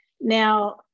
Now